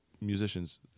musicians